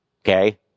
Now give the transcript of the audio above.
okay